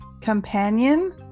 Companion